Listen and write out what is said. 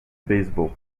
beisebol